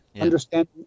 Understanding